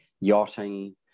yachting